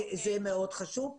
זה מאוד חשוב.